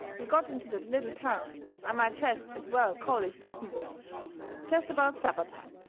we got into that little town i might jest as well call it cottonville jest about supper time.